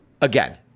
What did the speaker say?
again